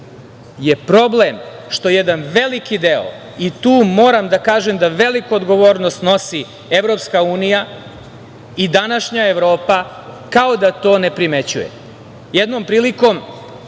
je problem što jedan veliki deo, i tu moram da kažem da veliku odgovornost nosi Evropska unija i današnja Evropa, kao da to ne primećuje. Jednom prilikom